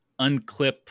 unclip